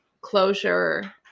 closure